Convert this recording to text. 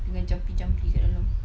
dengan jampi-jampi kat dalam